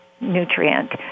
nutrient